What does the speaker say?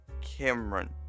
Cameron